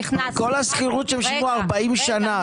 40 שנה